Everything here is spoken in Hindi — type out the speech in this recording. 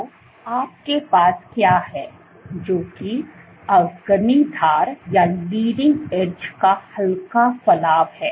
तो आपके पास क्या है जोकि अग्रणी धार का हल्का फलाव है